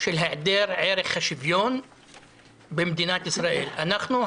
של היעדר ערך השוויון במדינת ישראל; אנחנו,